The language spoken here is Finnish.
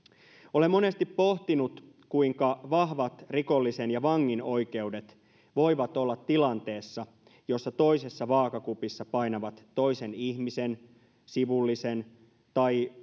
olen monesti pohtinut kuinka vahvat rikollisen ja vangin oikeudet voivat olla tilanteessa jossa toisessa vaakakupissa painavat toisen ihmisen sivullisen tai